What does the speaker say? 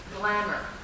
glamour